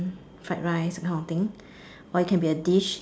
fried rice that kind of thing or it can be a dish